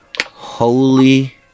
Holy